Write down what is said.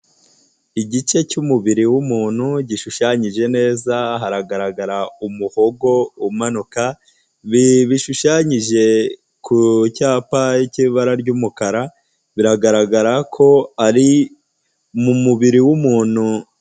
Igice cy'umubiri w'umutuku gishushanyije neza, haragaragara umuhogo umanuka. Bishushanyije ku cyapa cy'ibara ry'umukara, biragaragara ko ari mu mubiri w'umuntu.